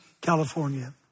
California